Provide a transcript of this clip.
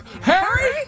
Harry